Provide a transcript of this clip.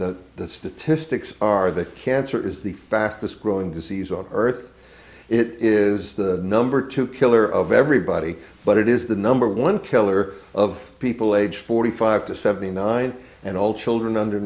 the statistics are that cancer is the fastest growing disease on earth it is the number two killer of everybody but it is the number one killer of people age forty five to seventy nine and all children under